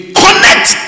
connect